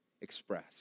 express